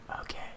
okay